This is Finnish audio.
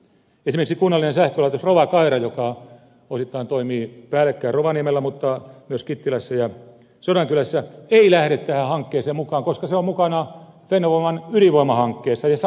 esimerkiksi kunnallinen sähkölaitos rovakaira joka osittain toimii päällekkäin rovaniemellä mutta myös kittilässä ja sodankylässä ei lähde tähän hankkeeseen mukaan koska se on mukana fennovoiman ydinvoimahankkeessa ja satsaa sinne